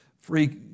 free